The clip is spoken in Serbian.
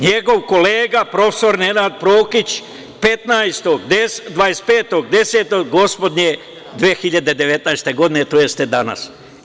Njegov kolega, profesor Nenad Prokić 25.10. gospodnje 2019. godine tj. danas.